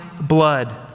blood